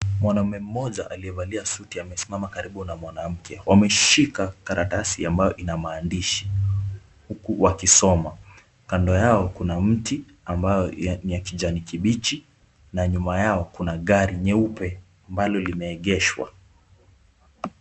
Mwanaume mmoja aliyevalia suti amesimama karibu na mwanamke. Wameshika karatasi ambayo ina maandishi huku wakisoma. Kando yao kuna mti ambao ni ya kijani kibichi na nyuma yao kuna gari nyeupe ambalo limeegeshwa.